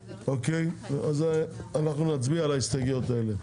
אוקיי אז אנחנו נצביע על ההסתייגויות האלה.